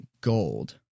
gold